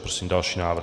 Prosím další návrh.